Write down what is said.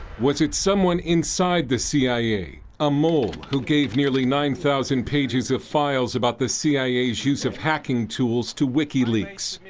was it someone inside the c i a? a mole? who gave nearly nine thousand pages of files about the c i a s use of hacking tools to wikileaks.